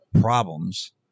problems